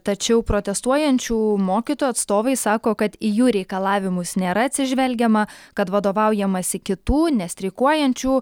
tačiau protestuojančių mokytojų atstovai sako kad į jų reikalavimus nėra atsižvelgiama kad vadovaujamasi kitų nestreikuojančių